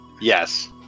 Yes